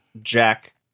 Jack